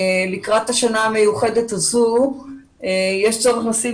לקראת השנה המיוחדת הזו יש צורך לשים